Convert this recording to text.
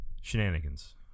Shenanigans